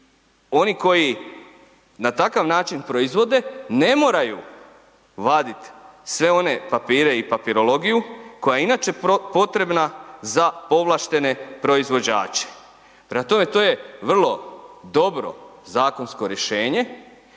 oni koji na takav način proizvode ne moraju vadit sve one papire i papirologiju koja inače potreba za povlaštene proizvođače, prema tome to je vrlo dobro zakonsko rješenje